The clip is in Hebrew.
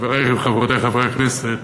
חברי וחברותי חברי הכנסת,